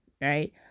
right